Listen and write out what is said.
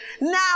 now